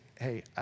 hey